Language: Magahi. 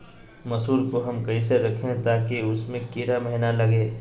मसूर को हम कैसे रखे ताकि उसमे कीड़ा महिना लगे?